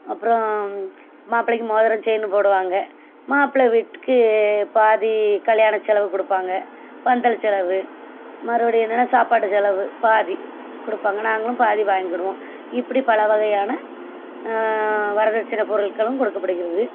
அப்புறோம் மாப்பிள்ளைக்கு மோதிரம் செயினு போடுவாங்க மாப்பிள்ளை வீட்டுக்கு பாதி கல்யாண செலவு கொடுப்பாங்க பந்தல் செலவு மறுபடியும் என்னென்னா சாப்பாடு செலவு பாதி கொடுப்பாங்க நாங்களும் பாதி வாங்கிடுவோம் இப்படி பல வகையான வரதட்சணை பொருட்களும் கொடுக்கப்படுகிறது